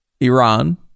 iran